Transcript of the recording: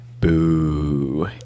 Boo